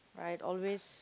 right always